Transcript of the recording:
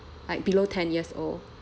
like below ten years old